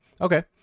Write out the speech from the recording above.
Okay